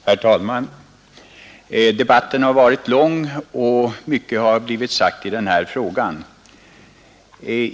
Herr talman! Debatten har varit lång och mycket har blivit sagt i den här frågan.